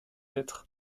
être